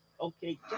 Okay